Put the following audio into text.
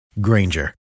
Granger